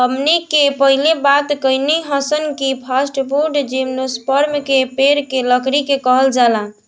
हमनी के पहिले बात कईनी हासन कि सॉफ्टवुड जिम्नोस्पर्म के पेड़ के लकड़ी के कहल जाला